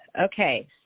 Okay